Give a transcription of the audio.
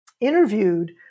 interviewed